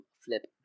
flip